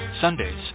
Sundays